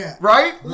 right